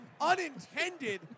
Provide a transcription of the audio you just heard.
unintended